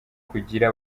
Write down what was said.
kugira